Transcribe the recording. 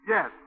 Yes